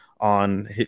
on